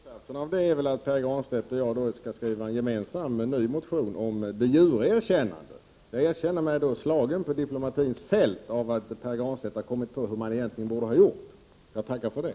Herr talman! Slutsatsen av detta är väl att Pär Granstedt och jag skall skriva en gemensam, ny motion om ett de jure-erkännande. Jag erkänner mig slagen på diplomations fält av att Pär Granstedt har kommit på hur man egentligen borde ha gjort. Jag tackar för det.